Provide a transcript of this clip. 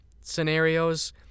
scenarios